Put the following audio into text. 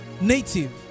native